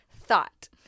thought